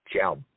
Ciao